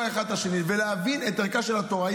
אחד את השני ולהבין את ערכה של התורה.